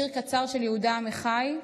שיר קצר של יהודה עמיחי.